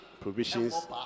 provisions